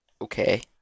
okay